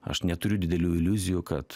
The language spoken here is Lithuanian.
aš neturiu didelių iliuzijų kad